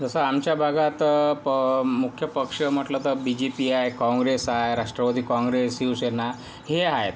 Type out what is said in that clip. जसं आमच्या भागात प मुख्य पक्ष म्हटलं तर बी जे पी आहे काँग्रेस आहे राष्ट्रवादी काँग्रेस शिवसेना हे आहेत